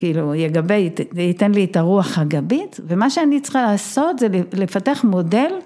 כאילו יגבה, יתן לי את הרוח הגבית ומה שאני צריכה לעשות זה לפתח מודל.